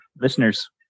listeners